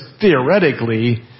theoretically